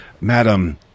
Madam